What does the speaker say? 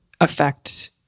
affect